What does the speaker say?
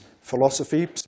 philosophy